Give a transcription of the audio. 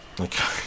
Okay